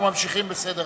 אנחנו ממשיכים בסדר-היום: